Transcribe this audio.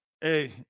hey